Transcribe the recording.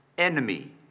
Enemy